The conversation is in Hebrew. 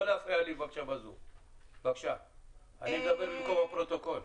בבקשה, אני מדבר במקום הפרוטוקול.